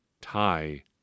tie